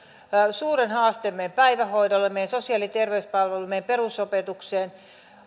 suuren haasteen meidän päivähoidolle meidän sosiaali ja terveyspalveluille meidän perusopetukseen